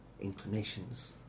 inclinations